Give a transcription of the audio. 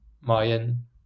Mayan